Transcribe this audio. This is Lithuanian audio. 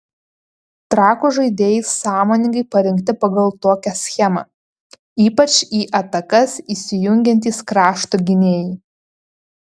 trakų žaidėjai sąmoningai parinkti pagal tokią schemą ypač į atakas įsijungiantys krašto gynėjai